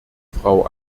frau